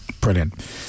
brilliant